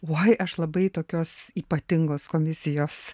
oi aš labai tokios ypatingos komisijos